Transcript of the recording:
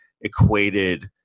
equated